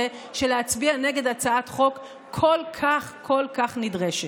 של להצביע נגד הצעת חוק כל כך כל כך נדרשת.